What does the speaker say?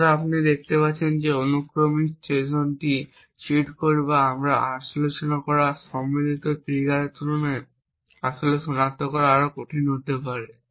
সুতরাং আপনি দেখতে পাচ্ছেন যে এই অনুক্রমিক ট্রোজানটি চিট কোড বা আমরা আলোচনা করা সম্মিলিত ট্রিগারের তুলনায় আসলে সনাক্ত করা আরও কঠিন হতে পারে